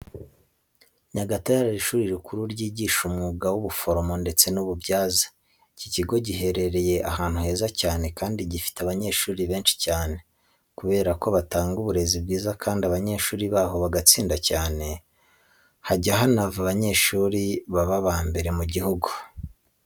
Nyagatare hari ishuri rikuru ryigisha umwuga w'ubuforomo ndetse n'ububyaza. Iki kigo giherereye ahantu heza cyane kandi gifite abanyeshuri benshi cyane kubera ko batanga uburezi bwiza kandi abanyeshuri baho bagatsinda cyane. Hajya hanava abanyeshuri babaye aba mbere mu gihugu.